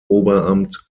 oberamt